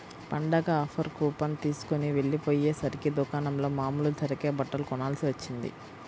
పండగ offer coupon తీస్కొని వెళ్ళకపొయ్యేసరికి దుకాణంలో మామూలు ధరకే బట్టలు కొనాల్సి వచ్చింది